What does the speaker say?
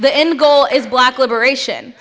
the end goal is black liberation